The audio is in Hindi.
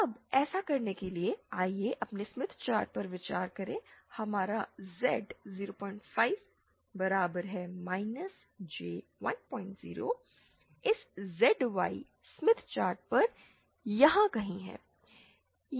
अब ऐसा करने के लिए आइए अपने स्मिथ चार्ट पर विचार करें हमारा Z 05 के बराबर है J1 0 इस ZY स्मिथ चार्ट पर यहां कहीं है